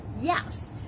yes